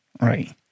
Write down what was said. right